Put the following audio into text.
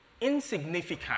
insignificant